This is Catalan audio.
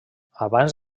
abans